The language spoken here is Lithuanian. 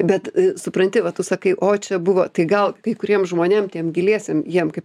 bet supranti va tu sakai o čia buvo tai gal kai kuriem žmonėm tiem giliesiem jiem kaip